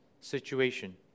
situation